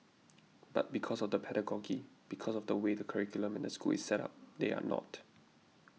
but because of the pedagogy because of the way the curriculum and the school is set up they are not